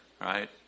right